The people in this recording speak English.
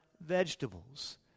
vegetables